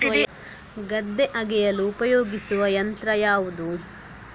ಗದ್ದೆ ಅಗೆಯಲು ಉಪಯೋಗಿಸುವ ಯಂತ್ರ ಯಾವುದು?